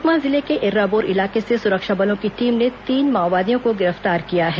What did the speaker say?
सुकमा जिले के एर्राबोर इलाके से सुरक्षा बलों की टीम ने तीन माओवादियों को गिरफ्तार किया है